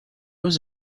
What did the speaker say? was